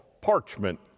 parchment